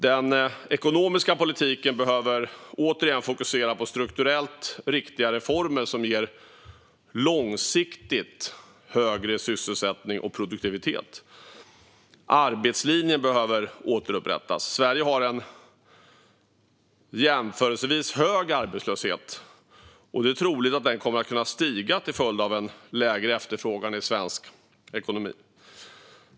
Den ekonomiska politiken behöver återigen fokusera på strukturellt riktiga reformer som ger långsiktigt högre sysselsättning och produktivitet. Arbetslinjen behöver återupprättas. Sverige har en jämförelsevis hög arbetslöshet, och det är troligt att den kommer att stiga till följd av en lägre efterfrågan i svensk ekonomi.